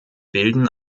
bilden